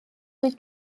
byd